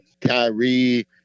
Kyrie